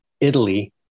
Italy